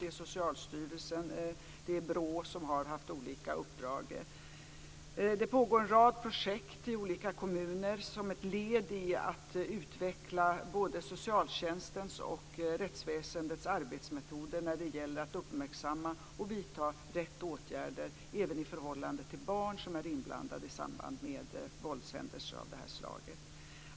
Det är Socialstyrelsen och BRÅ som har haft olika uppdrag. Det pågår en rad projekt i olika kommuner som ett led i att utveckla både socialtjänstens och rättsväsendets arbetsmetoder när det gäller att uppmärksamma och vidta rätt åtgärder även när barn är inblandade i våldshändelser av det här slaget.